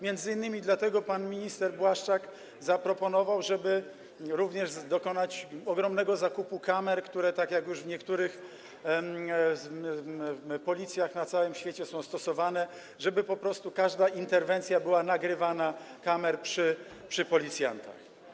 Między innymi dlatego pan minister Błaszczak zaproponował, żeby dokonać ogromnego zakupu kamer, które już w niektórych policjach na całym świecie są stosowane, żeby po prostu każda interwencja była nagrywana przez kamery przy policjantach.